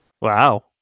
Wow